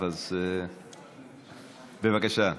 מתגורר בפתח תקווה, רב קהילה.